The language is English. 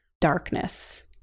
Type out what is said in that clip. darkness